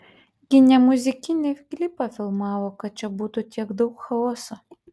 gi ne muzikinį klipą filmavo kad čia būtų tiek daug chaoso